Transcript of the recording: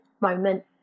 moment